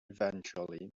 eventually